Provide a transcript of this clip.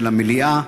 של המליאה.